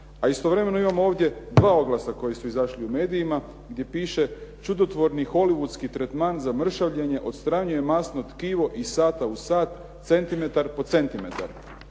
a istovremeno imam ovdje dva oglasa koji su izašli u medijima gdje piše "čudotvorni hoollywoodski tretman za mršavljenje odstranjuje masno tkivo iz sata u sat, centimetar po centimetar".